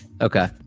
Okay